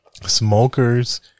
smokers